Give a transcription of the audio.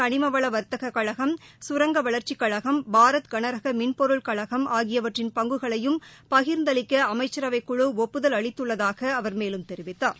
களிமவள வர்த்தக கழகம் சுரங்க வளர்ச்சிக் கழகம் பாரத் கனரக மின்பொருள் கழகம் ஆகியவற்றின் பங்குகளையும் பகிர்ந்து அளிக்க அமைச்சரவைக் குழு ஒப்புதல் அளித்துள்ளதாக அவர் மேலும் தெரிவித்தார்